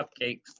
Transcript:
cupcakes